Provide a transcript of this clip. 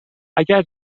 اگر